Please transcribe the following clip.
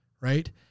right